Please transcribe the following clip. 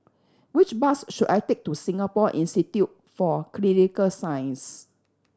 which bus should I take to Singapore Institute for Clinical Science